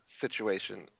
situation